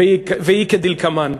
והיא כדלקמן: